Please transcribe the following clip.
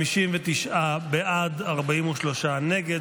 59 בעד, 43 נגד.